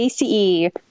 ace